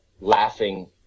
laughing